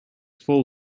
full